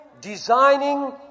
designing